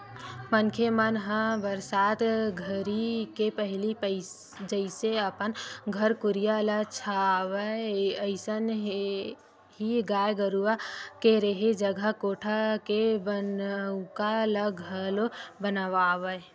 मनखे मन ह बरसात घरी के पहिली जइसे अपन घर कुरिया ल छावय अइसने ही गाय गरूवा के रेहे जघा कोठा के बनउका ल घलोक बनावय